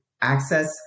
access